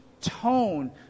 tone